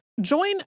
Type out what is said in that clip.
Join